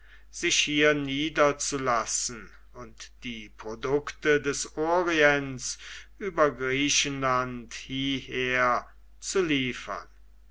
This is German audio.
sich hier niederzulassen und die produkte des orients über griechenland hieher zu liefern